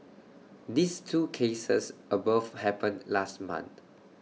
these two cases above happened last month